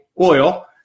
oil